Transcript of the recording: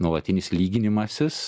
nuolatinis lyginimasis